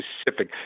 specific